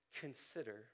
consider